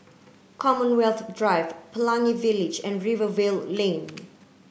Commonwealth Drive Pelangi Village and Rivervale Lane